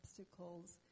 obstacles